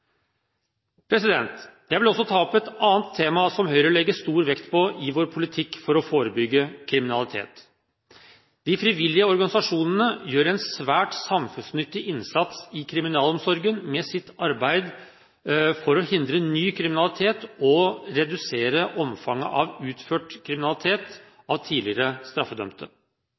Jeg vil også ta opp et annet tema som Høyre legger stor vekt på i sin politikk for å forebygge kriminalitet. De frivillige organisasjonene gjør en svært samfunnsnyttig innsats i kriminalomsorgen med sitt arbeid for å hindre ny kriminalitet og redusere omfanget av kriminalitet utført av tidligere straffedømte.